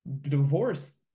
divorce –